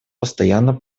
постоянно